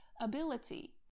ability